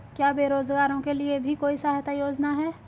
क्या बेरोजगारों के लिए भी कोई सहायता योजना है?